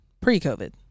Pre-COVID